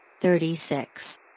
Thirty-six